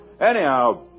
Anyhow